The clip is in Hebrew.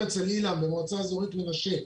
אם אצל אילן במועצה האזורית מנשה,